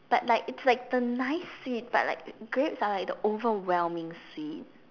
but like it's like the nice sweet but like grapes are like the overwhelming sweet